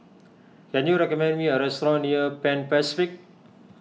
can you recommend me a restaurant near Pan Pacific